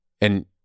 And-